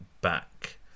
back